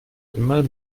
immer